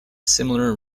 similar